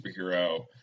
superhero